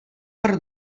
per